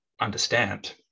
understand